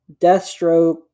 Deathstroke